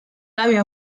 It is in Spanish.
labio